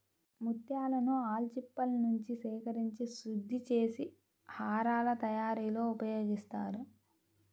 ముత్యాలను ఆల్చిప్పలనుంచి సేకరించి శుద్ధి చేసి హారాల తయారీలో ఉపయోగిస్తారు